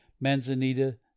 manzanita